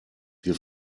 wir